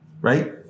right